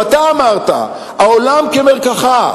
אתה אמרת: העולם כמרקחה.